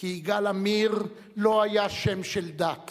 כי יגאל עמיר לא היה שֵם של דת